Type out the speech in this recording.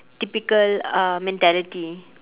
typical uh mentality